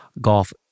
golf